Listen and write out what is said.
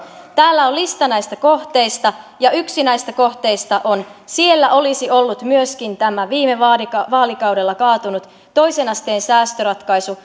täällä on lista näistä kohteista ja yksi näistä kohteista siellä olisi ollut myöskin tämä viime vaalikaudella kaatunut toisen asteen säästöratkaisu